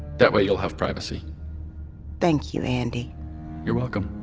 that way, you'll have privacy thank you, andi you're welcome